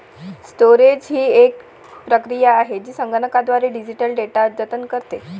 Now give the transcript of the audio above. storage ही एक प्रक्रिया आहे जी संगणकीयद्वारे डिजिटल डेटा जतन करते